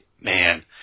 man